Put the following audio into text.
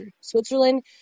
Switzerland